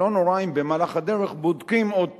לא נורא אם במהלך הדרך בודקים עוד פעם.